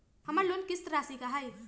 हमर लोन किस्त राशि का हई?